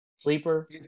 Sleeper